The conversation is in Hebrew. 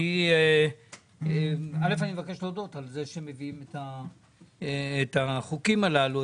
אני מבקש להודות על זה שמביאים את החוקים הללו,